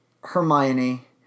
Hermione